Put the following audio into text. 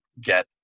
get